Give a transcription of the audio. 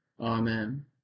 Amen